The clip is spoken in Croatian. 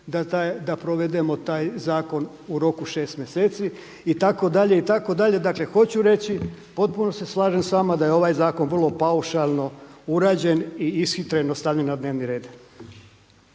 da provedemo taj zakon u roku 6 mjeseci itd. Dakle, hoću reći potpuno se slažem sa vama da je ovaj zakon vrlo paušalno urađen i ishitreno stavljen na dnevni red.